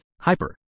Hyper